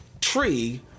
tree